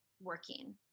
Working